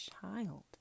child